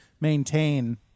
maintain